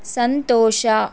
ಸಂತೋಷ